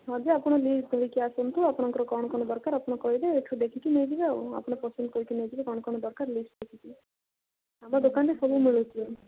ହଁ ଯେ ଆପଣ ଲିଷ୍ଟ ଧରିକି ଆସନ୍ତୁ ଆପଣଙ୍କର କ'ଣ କ'ଣ ଦରକାର ଆପଣ କହିବେ ଏଇଠୁ ଦେଖିକି ନେଇଯିବେ ଆଉ ଆପଣ ପସନ୍ଦ କରିକି ନେଇଯିବେ କ'ଣ କ'ଣ ଦରକାର ଲିଷ୍ଟ ଦେଖିକି ଆମ ଦୋକାନରେ ସବୁ ମିଳୁଛି